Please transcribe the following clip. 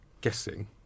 guessing